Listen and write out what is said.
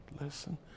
listen